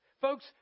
Folks